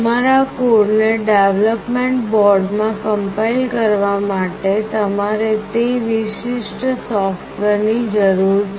તમારા કોડને ડેવલપમેન્ટ બોર્ડમાં કમ્પાઇલ કરવા માટે તમારે તે વિશિષ્ટ સૉફ્ટવેરની જરૂર છે